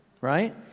right